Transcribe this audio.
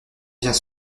vient